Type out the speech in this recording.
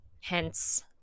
hence